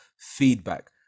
feedback